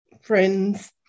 friends